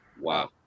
wow